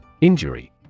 Injury